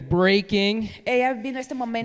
breaking